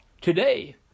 today